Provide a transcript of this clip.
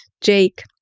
Jake